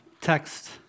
text